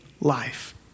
life